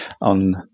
on